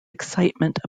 excitement